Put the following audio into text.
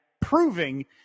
proving